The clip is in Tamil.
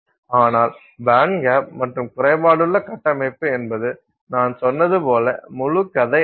ஆனால் பேண்ட்கேப் மற்றும் குறைபாடுள்ள கட்டமைப்பு என்பது நான் சொன்னது போல முழு கதை இல்லை